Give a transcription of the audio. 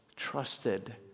trusted